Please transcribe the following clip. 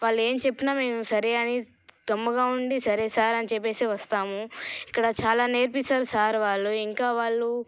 వాళ్ళేమి చెప్పిన మేము సరే అని గమ్ముగా ఉండి సరే సార్ అని చెప్పేసి వస్తాము ఇక్కడ చాలా నేర్పిస్తారు సార్ వాళ్ళు ఇంకా వాళ్ళు